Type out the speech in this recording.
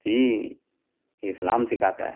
جی اسلام سکھاتا ہے